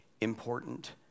important